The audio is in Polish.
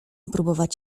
popróbować